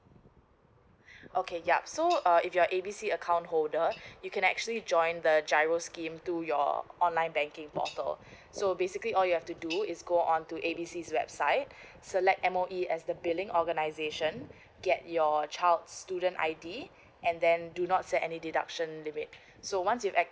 okay yup so uh if you are A B C account holder you can actually join the giro scheme to your online banking portal so basically all you have to do is go on to A_B_C's website select M_O_E as the billing organization get your child student ID and then do not set any deduction limit so once you act